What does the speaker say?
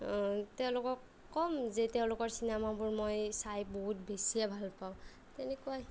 তেওঁলোকক ক'ম যে তেওঁলোকৰ চিনেমাবোৰ মই চাই বহুত বেছিয়ে ভাল পাওঁ তেনেকুৱাই